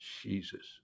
Jesus